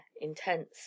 intense